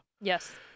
Yes